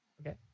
Okay